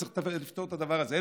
צריך לפתור את הדבר הזה.